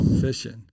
fishing